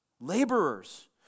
laborers